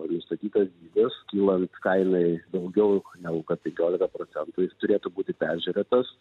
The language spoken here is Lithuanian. nustatytos ribos kylant kainai daugiau negu kad penkiolika procentų jis turėtų būti peržiūrėtas